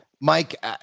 Mike